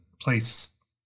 place